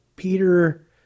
Peter